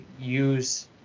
use